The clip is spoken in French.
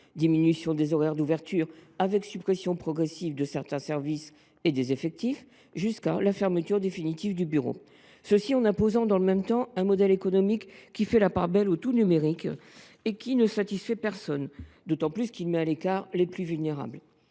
diminution des horaires d’ouverture et suppression progressive de certains services et des effectifs, jusqu’à la fermeture définitive du bureau. Dans le même temps est imposé un modèle économique qui fait la part belle au tout numérique et qui ne satisfait personne, d’autant plus qu’il met à l’écart les plus vulnérables.